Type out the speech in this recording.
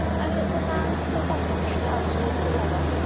and that the man so often should outlive the lover.